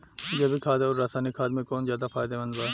जैविक खाद आउर रसायनिक खाद मे कौन ज्यादा फायदेमंद बा?